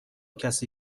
کسی